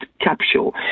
capsule